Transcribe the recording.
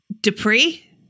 Dupree